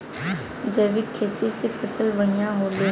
जैविक खेती से फसल बढ़िया होले